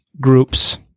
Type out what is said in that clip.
groups